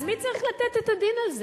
אז מי צריך לתת את הדין על זה?